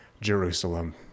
Jerusalem